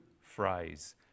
phrase